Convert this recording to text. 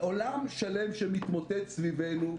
עולם שלם שמתמוטט סביבנו.